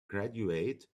graduate